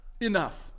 enough